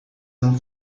não